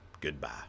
goodbye